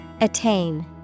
attain